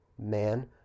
man